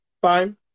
fine